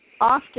often